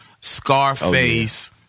Scarface